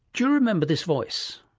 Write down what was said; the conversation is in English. you remember this voice?